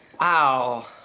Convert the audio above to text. Wow